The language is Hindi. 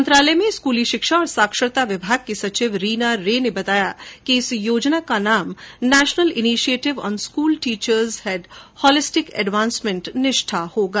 मंत्रालय में स्कूली शिक्षा और साक्षरता विभाग की सचिव रीना रे ने बताया कि इस योजना के नाम national initiative on school teachers head holistic advancement NISHTHA होगा